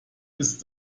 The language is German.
ist